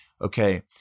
okay